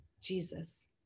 jesus